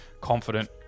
confident